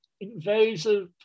invasive